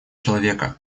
человека